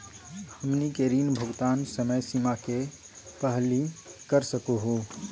हमनी के ऋण भुगतान समय सीमा के पहलही कर सकू हो?